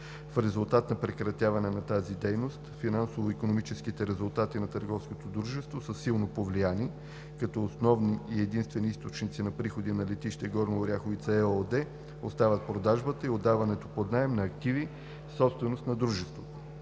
В резултат на прекратяване на тази дейност финансово-икономическите резултати на търговското дружество са силно повлияни, като основни и единствени източници на приходи на „Летище Горна Оряховица“ ЕООД остават продажбата и отдаването под наем на активи – собственост на дружеството.